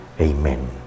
amen